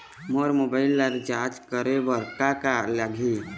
मोर mobile ला recharge करे बर का का लगही?